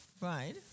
Right